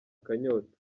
akanyota